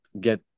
get